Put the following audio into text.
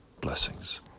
blessings